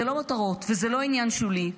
זה לא מותרות וזה לא עניין שולי,